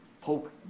poke